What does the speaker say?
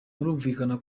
birumvikana